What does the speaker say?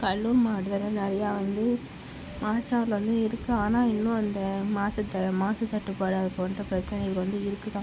கடலூர் மாவட்டத்தில் நிறைய வந்து வாய்க்கால் வந்து இருக்குது ஆனால் இன்னும் அந்த மாசத்த மாசு கட்டுபாடு போன்ற பிரச்சினைகள் வந்து இருக்குதுதான்